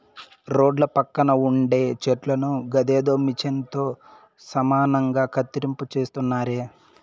రోడ్ల పక్కన ఉండే చెట్లను గదేదో మిచన్ తో సమానంగా కత్తిరింపు చేస్తున్నారే